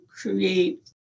create